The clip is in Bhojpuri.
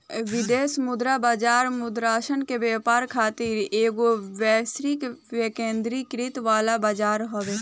विदेशी मुद्रा बाजार मुद्रासन के व्यापार खातिर एगो वैश्विक विकेंद्रीकृत वाला बजार हवे